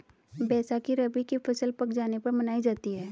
बैसाखी रबी की फ़सल पक जाने पर मनायी जाती है